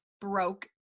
broke